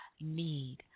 need